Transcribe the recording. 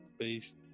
Peace